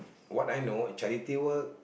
what I know charity work